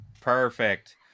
Perfect